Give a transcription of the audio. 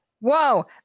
Whoa